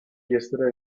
yesterday